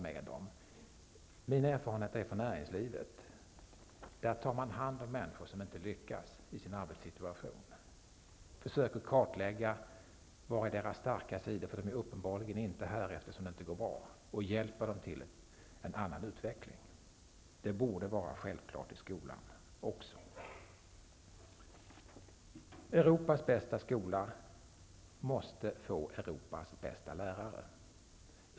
Min erfarenhet från näringslivet är att man tar hand om människor som inte lyckas i sin arbetssituation. Man försöker kartlägga vilka sidor som är deras starka, eftersom de sidorna uppenbarligen inte kommit fram i en situation där det inte går bra, och de här människorna hjälps till en annan utveckling. Detta förfaringssätt borde vara självklart även i skolan. Europas bästa skola måste få Europas bästa lärare.